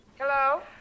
hello